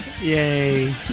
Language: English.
Yay